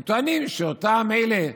הם טוענים שאותם אלה,